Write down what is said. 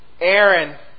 Aaron